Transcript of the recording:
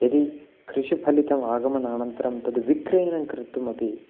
यदि कृषिफलितम् आगमनानन्तरं तद् विक्रयणं कर्तुम् अपि